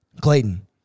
Clayton